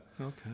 Okay